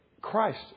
Christ